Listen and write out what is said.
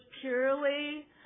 purely